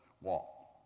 walk